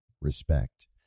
respect